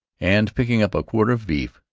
and, picking up a quarter of beef,